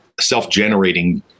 self-generating